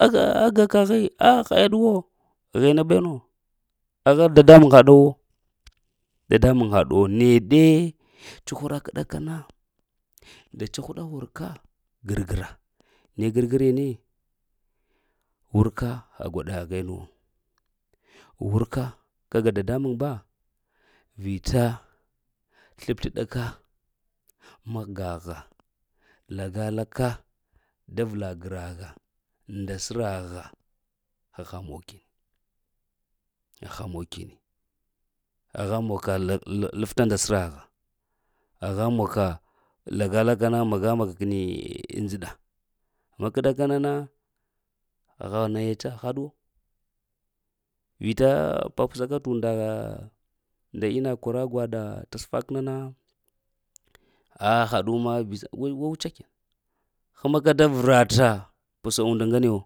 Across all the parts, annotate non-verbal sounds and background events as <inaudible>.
Aga aga kahi a ha yaɗuwo hene bana wo. Aha ɗadambuŋ ha ɗowo, dadambuŋ ha ɗo wo neɗe cuhura k’ ɗakana, nda cuhuna wurka gr-gra. Ne gr-gri ni wurka nagwaɗa henu wo wurka kəg dadambuŋ ba vita slaf sləɗa maghga ha, lagala ka da vla grəeha nda səra ha haha mokini, haha mo kini aha moka lafta nda səra ha aha moka lagalakəna maga-maga k'ni njəɗa, amma k'ɗakəna na haha naya ca, haɗuwo. Vita papsa ka t’ undaha nda ina kwara gwaɗa t’ asfakna na. a haɗu ma bis wawu ca kenan, həmaka da vrata ps und ŋgane wo.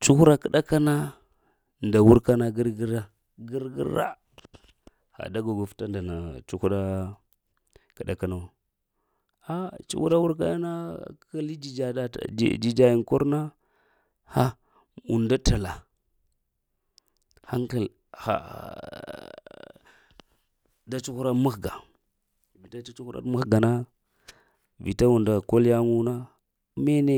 Cuhura k’ ɗaka nana nda wurka na gər-gra, gr-grah, ha da gwa-gwafta nda unda cuhura k’ ɗakana wo. A cuhura wurka ya na, ka'g li dzidza t dzidzayin t kor na ah unda tala hankal <hesitation> da cuhura maghga vita cacurahaŋ, vita unda kol yaŋu mahga na mene.